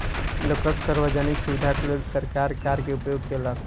लोकक सार्वजनिक सुविधाक लेल सरकार कर के उपयोग केलक